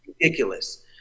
ridiculous